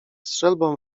strzelbą